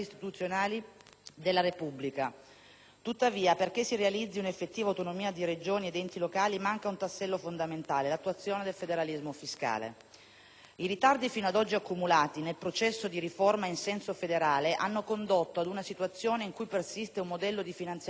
Tuttavia, perché si realizzi un'effettiva autonomia di Regioni ed enti locali manca un tassello fondamentale: l'attuazione del federalismo fiscale. I ritardi fino ad oggi accumulati nel processo di riforma in senso federale hanno condotto ad una situazione in cui persiste un modello di finanziamento degli enti territoriali "derivato",